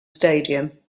stadium